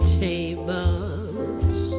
tables